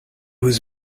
was